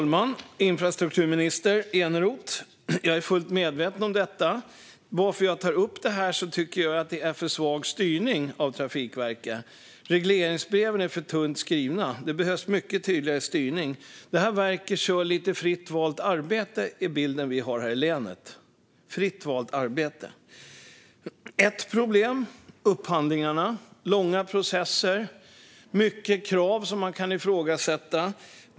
Herr talman och infrastrukturminister Eneroth! Jag är fullt medveten om detta. Anledningen till att jag tar upp frågan är att jag tycker att styrningen av Trafikverket är för svag. Regleringsbreven är för tunt skrivna, och det behövs mycket tydligare styrning. Verket kör lite fritt valt arbete, är bilden vi har här i länet. Ett problem är upphandlingarna, med långa processer och mycket krav som kan ifrågasättas.